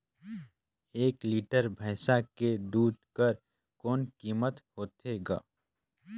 एक लीटर भैंसा के दूध कर कौन कीमत होथे ग?